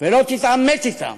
ולא תתעמת אתם,